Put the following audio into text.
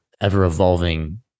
ever-evolving